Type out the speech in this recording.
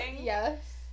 Yes